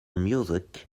music